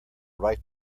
write